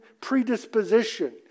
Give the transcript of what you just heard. predisposition